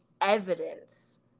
evidence